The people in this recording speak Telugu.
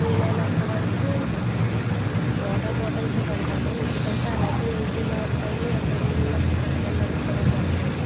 వీలైనంతవరకు వాటర్ బాటిల్స్ ఏ పెడతాము ఎందుకంటే అవి అయితే ఈజీ గా ఉంటాయి అండ్ రూమ్ లోకి పట్టుకెళ్ళడానికి కూడా బాగుంటాయి